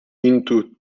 into